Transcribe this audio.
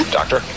doctor